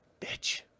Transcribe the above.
bitch